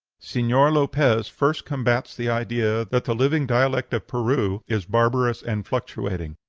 senor lopez first combats the idea that the living dialect of peru is barbarous and fluctuating.